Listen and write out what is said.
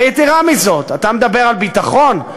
ויתרה מזאת, אתה מדבר על ביטחון?